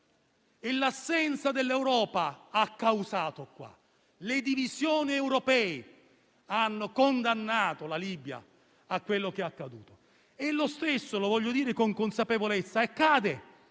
l'assenza dell'Europa l'ha causato; le divisioni europee hanno condannato la Libia a quello che è accaduto. Lo stesso accade - lo voglio dire con consapevolezza - con